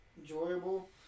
enjoyable